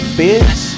bitch